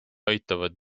aitavad